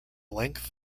length